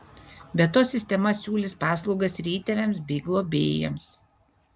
be to sistema siūlys paslaugas ir įtėviams bei globėjams